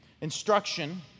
Instruction